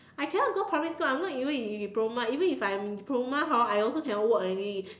I cannot go public school I'm not even in diploma even I'm in diploma hor I also cannot work already